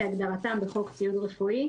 כהגדרתם בחוק ציוד רפואי,